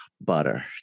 butter